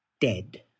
dead